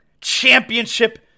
championship